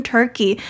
Turkey